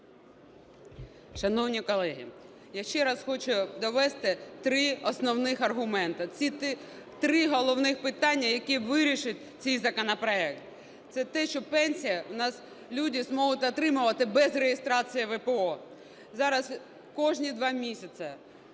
Шановні колеги, я ще раз хочу довести три основних аргументи, ці три головних питання, які вирішить цей законопроект. Це те, що пенсію у нас люди зможуть отримувати без реєстрації ВПО. Зараз кожні два місяці